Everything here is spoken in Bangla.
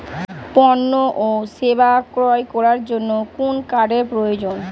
পণ্য ও সেবা ক্রয় করার জন্য কোন কার্ডের প্রয়োজন?